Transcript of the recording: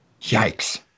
Yikes